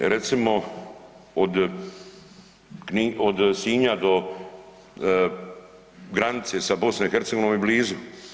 Recimo od Sinja do granice sa BiH je blizu.